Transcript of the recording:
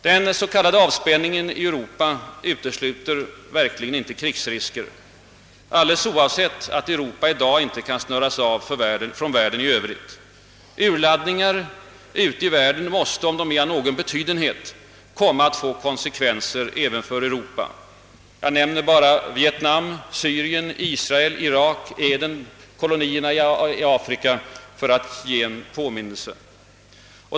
Den s.k. avspänningen i Europa utesluter verkligen inte krigsrisker, alldeles oavsett att Europa i dag inte kan snöras av från världeni övrigt. Urladdningar ute i världen måste, om de är av någon betydenhet, komma satt få konsekvenser även för Europa. Jag nämner bara Vietnam, Syrien, Israel, Irak, Aden och kolonierna i Afrika för att ge en påminnelse.